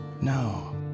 No